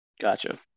Gotcha